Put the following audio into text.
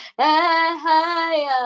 higher